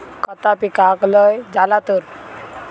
खता पिकाक लय झाला तर?